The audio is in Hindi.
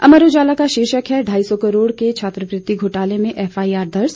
अमर उजाला का शीर्षक है ढाई सौ करोड़ के छात्रवृति घोटाले में एफआईआर दर्ज